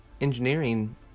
Engineering